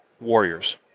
warriors